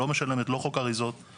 בעוד אנחנו מפטרים עובדים,